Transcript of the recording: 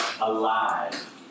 alive